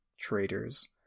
traitors